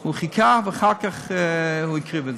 הוא חיכה ואחר כך הוא הקריב.